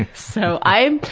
so, i,